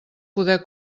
poder